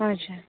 हजुर